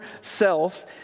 self